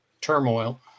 turmoil